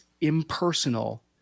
impersonal